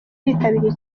bitabiriye